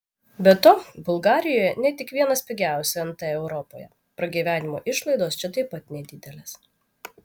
be to bulgarijoje ne tik vienas pigiausių nt europoje pragyvenimo išlaidos čia taip pat nedidelės